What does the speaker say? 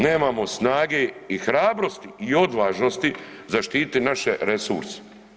Nemamo snage i hrabrosti i odvažnosti zaštititi naše resurse.